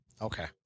Okay